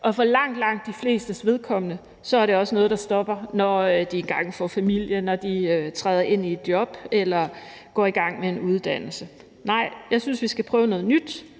og for langt, langt de flestes vedkommende er det også noget, der stopper, når de engang får familie eller de træder ind i et job eller går i gang med en uddannelse. Nej, jeg synes, vi skal prøve noget nyt.